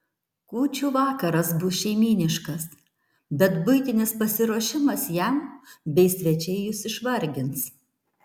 kūčių vakaras bus šeimyniškas bet buitinis pasiruošimas jam bei svečiai jus išvargins